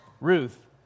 Ruth